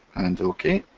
and ok.